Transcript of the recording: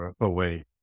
away